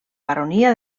baronia